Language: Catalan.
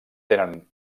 tenen